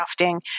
crafting